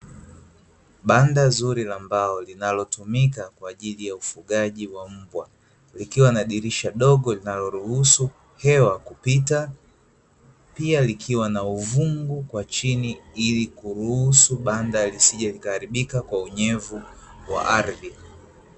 Banda zuri la mbao linalotumika kwaajili ya ufugaji wa mbwa. Likiwa na dirisha dogo linaloruhusu hewa kupita. Pia, likiwa na uvungu kwa chini ili kuruhusu banda lisije likaharibika kwa unyevu wa ardhi.